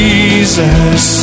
Jesus